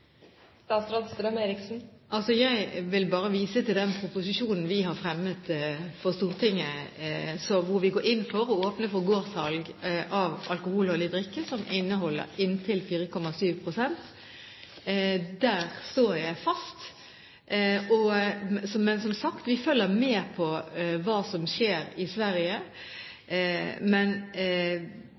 Jeg vil bare vise til den proposisjonen vi har fremmet for Stortinget, hvor vi går inn for å åpne for gårdssalg av alkoholholdig drikk, inntil 4,7 pst. Det står jeg fast ved. Men som sagt, vi følger med på hva som skjer i Sverige,